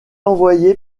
envoyé